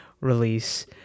release